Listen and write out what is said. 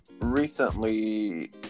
recently